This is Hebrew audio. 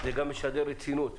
זה גם משדר רצינות.